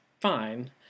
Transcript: fine